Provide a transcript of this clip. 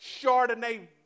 chardonnay